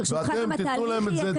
ברשותך, גם התהליך יהיה קצר.